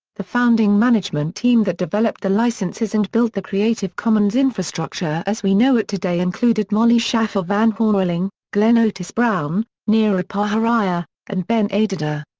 the founding management team that developed the licenses and built the creative commons infrastructure as we know it today included molly shaffer van houweling, glenn otis brown, neeru paharia, and ben adida.